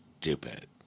stupid